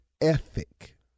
ethic